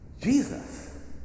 Jesus